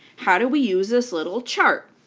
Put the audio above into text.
how do we use this little chart?